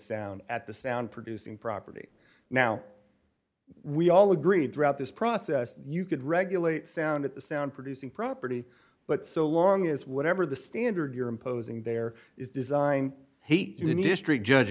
sound at the sound producing property now we all agreed throughout this process you could regulate sound at the sound producing property but so long as whatever the standard you're imposing there is design he district judge